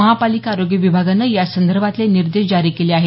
महापालिका आरोग्य विभागानं या संदर्भातले निर्देश जारी केले आहेत